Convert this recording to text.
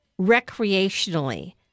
recreationally